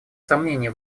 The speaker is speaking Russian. сомнения